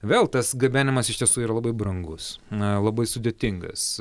vėl tas gabenimas iš tiesų yra labai brangus na labai sudėtingas